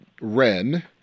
Ren